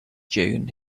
dune